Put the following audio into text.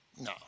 No